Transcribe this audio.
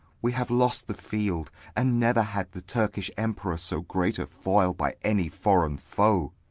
we have lost the field and never had the turkish emperor so great a foil by any foreign foe.